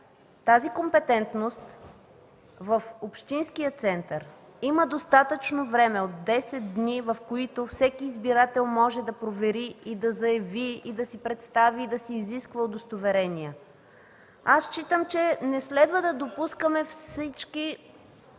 тази компетентност в общинския център. Има достатъчно време от 10 дни, в които всеки избирател да може да провери, да заяви, да си представи и изиска удостоверения. Мисля, че не следва да допускаме всички